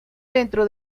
dentro